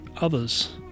others